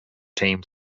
team